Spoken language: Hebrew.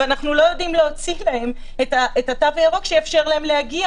ואנחנו לא יודעים להוציא להם את התו הירוק שיאפשר להם להגיע